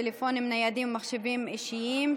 טלפונים ניידים ומחשבים אישיים),